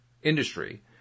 Industry